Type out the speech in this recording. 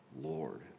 Lord